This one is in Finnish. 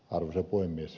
arvoisa puhemies